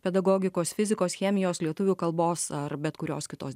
pedagogikos fizikos chemijos lietuvių kalbos ar bet kurios kitos